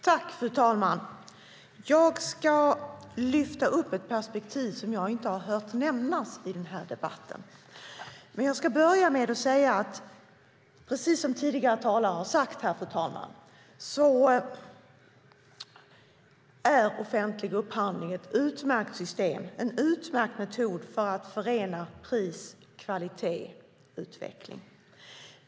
Fru talman! Jag ska lyfta fram ett perspektiv som jag inte har hört nämnas i debatten. Jag ska börja med att precis som tidigare talare säga att offentlig upphandling är ett utmärkt system, en utmärkt metod att förena pris, kvalitet och utveckling.